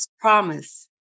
promise